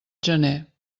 gener